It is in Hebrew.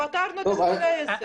פתרנו את הנושא הזה.